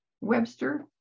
Webster